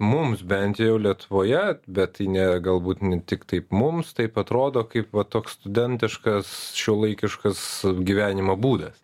mums bent jau lietuvoje bet tai ne galbūt ne tik taip mums taip atrodo kaip va toks studentiškas šiuolaikiškas gyvenimo būdas